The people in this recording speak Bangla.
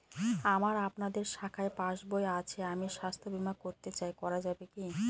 আমার আপনাদের শাখায় পাসবই আছে আমি স্বাস্থ্য বিমা করতে চাই করা যাবে কি?